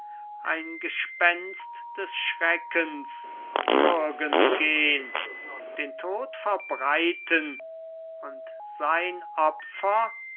ein gespenst des schreckens würgend gehn den tod verbreiten und sein opfer